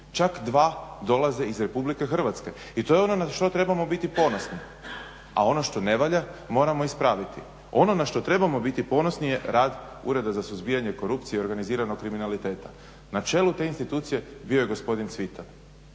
čak 2 dolaze iz RH. I to je ono na što trebamo biti ponosni. A ono što ne valja moramo ispraviti. Ono na što trebamo biti ponosni je rad Ureda za suzbijanje korupcije i organiziranog kriminaliteta. Na čelu te institucije bio je gospodin Cvitan.